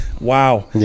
wow